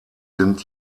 sind